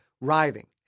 writhing